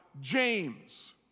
James